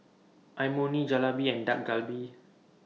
Imoni Jalebi and Dak Galbi